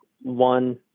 one